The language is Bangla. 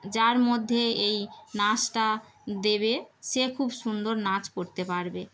যার মধ্যে এই নাচটা দেবে সে খুব সুন্দর নাচ করতে পারবে